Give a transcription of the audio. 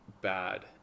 bad